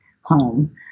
home